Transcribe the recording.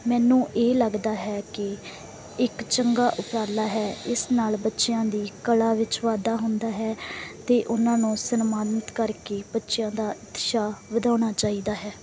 ਮੈਨੂੰ ਇਹ ਲੱਗਦਾ ਹੈ ਕਿ ਇੱਕ ਚੰਗਾ ਉਪਰਾਲਾ ਹੈ ਇਸ ਨਾਲ ਬੱਚਿਆਂ ਦੀ ਕਲਾ ਵਿੱਚ ਵਾਧਾ ਹੁੰਦਾ ਹੈ ਅਤੇ ਉਨ੍ਹਾਂ ਨੂੰ ਸਨਮਾਨਿਤ ਕਰਕੇ ਬੱਚਿਆਂ ਦਾ ਉਤਸ਼ਾਹ ਵਧਾਉਣਾ ਚਾਹੀਦਾ ਹੈ